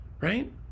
Right